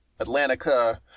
Atlantica